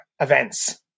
events